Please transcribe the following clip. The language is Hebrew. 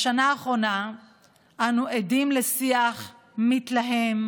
בשנה האחרונה אנו עדים לשיח מתלהם,